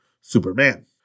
Superman